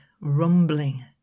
rumbling